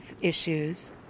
issues